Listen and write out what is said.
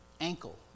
ankle